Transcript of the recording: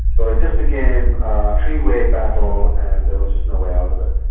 so it just became a three-way battle and there was just no way out of it.